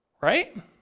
right